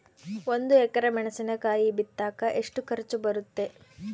ಒಂದು ಎಕರೆ ಮೆಣಸಿನಕಾಯಿ ಬಿತ್ತಾಕ ಎಷ್ಟು ಖರ್ಚು ಬರುತ್ತೆ?